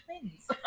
twins